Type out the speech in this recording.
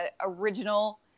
original